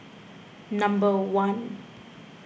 number one